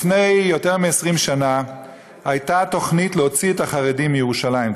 לפני יותר מ-20 שנה הייתה תוכנית להוציא את החרדים מירושלים,